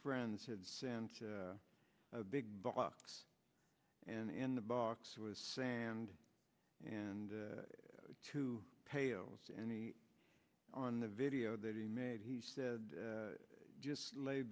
friends had sent a big box and in the box with sand and two pails any on the video that he made he said just lay